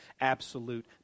absolute